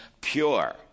pure